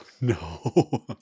no